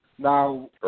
Now